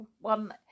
one